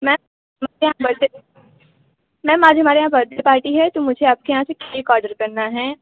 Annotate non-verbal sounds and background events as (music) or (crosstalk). ma'am (unintelligible) आज हमारे यहाँ बर्थडे पार्टी है तो मुझे आपके यहाँ से केक ऑर्डर करना है